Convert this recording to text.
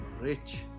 rich